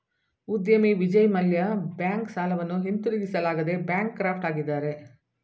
ಉದ್ಯಮಿ ವಿಜಯ್ ಮಲ್ಯ ಬ್ಯಾಂಕ್ ಸಾಲವನ್ನು ಹಿಂದಿರುಗಿಸಲಾಗದೆ ಬ್ಯಾಂಕ್ ಕ್ರಾಫ್ಟ್ ಆಗಿದ್ದಾರೆ